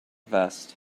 vest